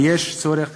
ויש צורך,